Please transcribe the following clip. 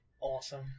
Awesome